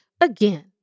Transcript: again